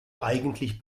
eigentlich